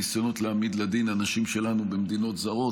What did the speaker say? ניסיונות להעמיד לדין אנשים שלנו במדינות זרות.